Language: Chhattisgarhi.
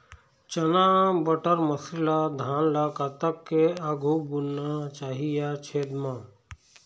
चना बटर मसरी ला धान ला कतक के आघु बुनना चाही या छेद मां?